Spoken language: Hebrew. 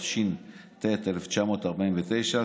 התש"ט 1949,